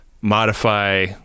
modify